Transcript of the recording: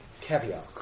caveat